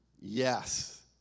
Yes